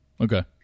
Okay